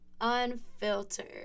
unfiltered